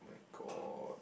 [oh]-my-god